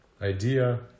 idea